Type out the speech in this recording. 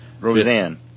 Roseanne